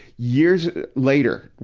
years later,